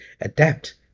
adapt